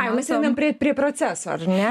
a jau mes einam prie prie proceso ar ne